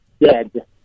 dead